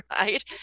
right